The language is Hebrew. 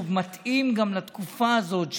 ומתאים גם לתקופה הזאת,